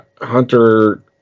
Hunter